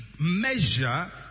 measure